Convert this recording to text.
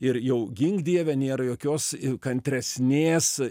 ir jau gink dieve nėra jokios kantresnės